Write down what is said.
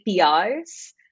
API's